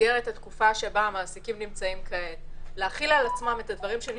זה הנוסח של החוק שאמור היה להיכנס לתוקף בעוד שלושה ימים.